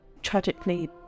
Tragically